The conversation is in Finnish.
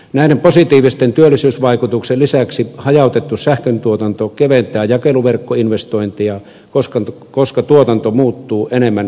näiden positiivisten työllisyysvaikutusten lisäksi hajautettu sähköntuotanto keventää jakeluverkkoinvestointeja koska tuotanto muuttuu enemmän pistemäiseksi